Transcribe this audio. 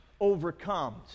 overcomes